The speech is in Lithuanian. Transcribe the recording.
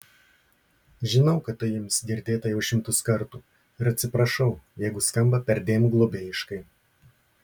žinau kad tai jums girdėta jau šimtus kartų ir atsiprašau jeigu skamba perdėm globėjiškai